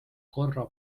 korra